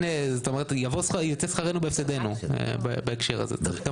וייצא שכרנו בהפסדנו בהקשר הזה.